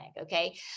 okay